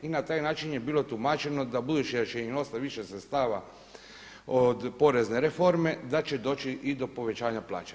I na taj način je bilo tumačeno da budući da će im ostati više sredstava od porezne reforme da će doći i do povećanja plaća.